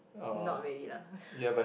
not really lah